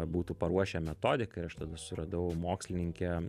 būtų paruošę metodiką ir aš tada susiradau mokslininkę